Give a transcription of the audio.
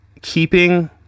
Keeping